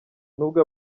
nubwo